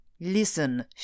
Listen